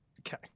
Okay